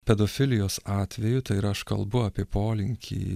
pedofilijos atveju tai ir aš kalbu apie polinkį